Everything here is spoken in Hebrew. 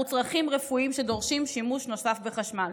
צרכים רפואיים שדורשים שימוש נוסף בחשמל.